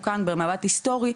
כאן במבט היסטורי,